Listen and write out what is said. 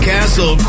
Castle